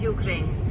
Ukraine